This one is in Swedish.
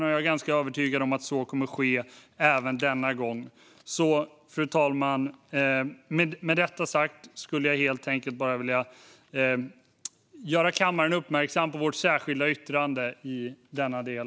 Jag är ganska övertygad om att så kommer att ske även denna gång. Med detta sagt vill jag bara göra kammaren uppmärksam på vårt särskilda yttrande i denna del.